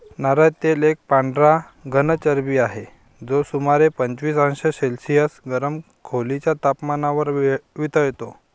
नारळ तेल एक पांढरा घन चरबी आहे, जो सुमारे पंचवीस अंश सेल्सिअस गरम खोलीच्या तपमानावर वितळतो